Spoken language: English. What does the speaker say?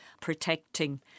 protecting